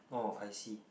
oh I see